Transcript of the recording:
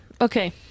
Okay